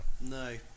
No